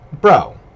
Bro